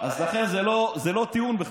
אז לכן, זה לא טיעון בכלל.